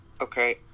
Okay